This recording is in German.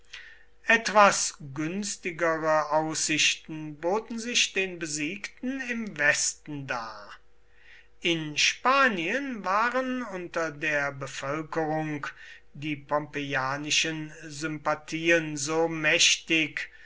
etwas günstigere aussichten boten sich den besiegten im westen dar in spanien waren unter der bevölkerung die pompeianischen sympathien so mächtig